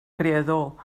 creador